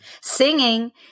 Singing